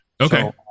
Okay